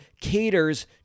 caters